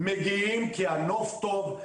מגיעים כי הנוף טוב,